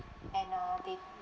and err they